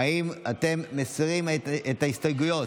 האם אתם מסירים את ההסתייגויות?